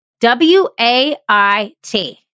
W-A-I-T